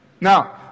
Now